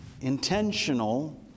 intentional